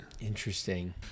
Interesting